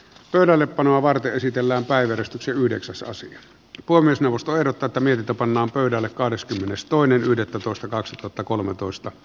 pöydällepanoa varten esitellään päivystysyhdeksässä asia kipua myös neuvosto herra tatamilta pannaan pöydälle kahdeskymmenestoinen yhdettätoista kaksituhattakolmetoista